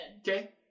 Okay